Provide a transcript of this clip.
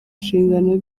nshingano